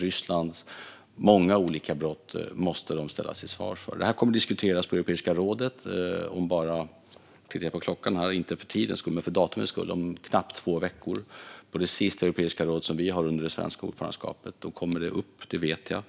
Ryssland måste ställas till svars för sina många olika brott. Detta kommer att diskuteras på Europeiska rådets möte - nu tittar jag på klockan, inte för tidens skull utan för datumens skull - om knappt två veckor. Det är det sista möte i Europeiska rådet som vi har hand om under det svenska ordförandeskapet. Då kommer denna fråga upp. Det vet jag.